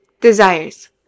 desires